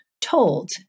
told